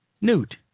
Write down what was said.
Newt